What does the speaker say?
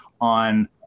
on